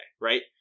right